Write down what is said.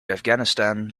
afghanistan